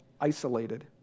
isolated